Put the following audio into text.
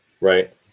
right